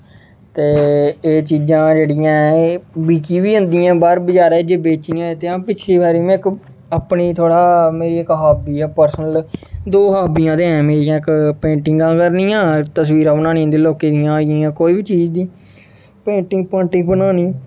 ते एह् चीजां जेह्ड़ियां ऐ एह् बिकी बी जंदिया बाहर च बजारे च जे बेचनी होवै ते हां पिछली बारी ने इक अपनी थोह्ड़ा मेरी इक हाॅबी ऐ पर्सनल दो हाॅबी ते हैन मेरियां इक पेंटिंगां करनियां ते तस्वीरां बनानियां लोकें दियां कोई बी चीज दी पेंटिंग पेंटिंग बनानी